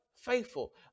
faithful